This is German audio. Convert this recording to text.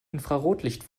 infrarotlicht